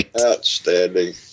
Outstanding